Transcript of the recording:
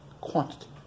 Quantity